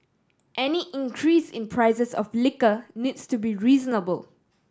any increase in prices of liquor needs to be reasonable